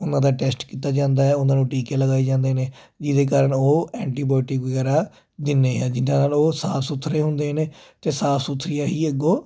ਉਹਨਾਂ ਦਾ ਟੈਸਟ ਕੀਤਾ ਜਾਂਦਾ ਹੈ ਉਹਨਾਂ ਨੂੰ ਟੀਕੇ ਲਗਾਏ ਜਾਂਦੇ ਨੇ ਜਿਹਦੇ ਕਾਰਨ ਉਹ ਐਂਟੀਬੋਟੀਕ ਵਗੈਰਾ ਜਿੰਨੇ ਉਹ ਸਾਫ ਸੁਥਰੇ ਹੁੰਦੇ ਨੇ ਅਤੇ ਸਾਫ ਸੁਥਰੀ ਇਹੀ ਅੱਗੋਂ